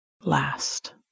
last